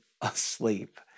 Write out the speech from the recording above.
asleep